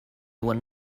when